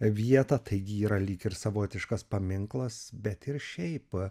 vietą taigi yra lyg ir savotiškas paminklas bet ir šiaip